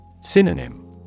Synonym